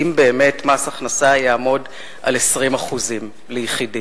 אם באמת מס הכנסה יהיה 20% ליחידים,